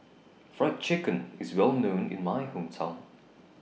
Fried Chicken IS Well known in My Hometown